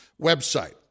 website